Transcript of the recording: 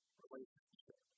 relationship